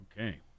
Okay